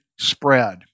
spread